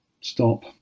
Stop